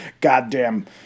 goddamn